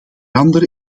andere